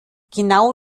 genau